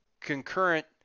concurrent